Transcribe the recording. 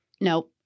No